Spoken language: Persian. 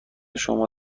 شما